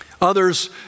Others